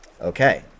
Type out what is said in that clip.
Okay